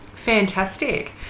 Fantastic